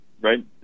Right